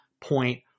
point